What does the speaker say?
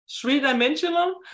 three-dimensional